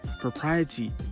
propriety